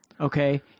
Okay